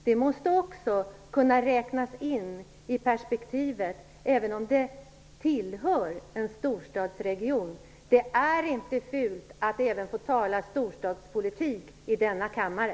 Det måste också kunna räknas in i perspektivet, även om det tillhör en storstadsregion. Det är inte fult att även tala storstadspolitik i denna kammare.